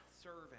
serving